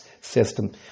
system